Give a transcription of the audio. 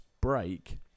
break